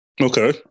Okay